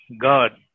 God